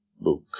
book